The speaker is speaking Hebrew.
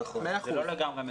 זה לא לגמרי מדויק.